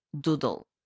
doodle